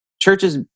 churches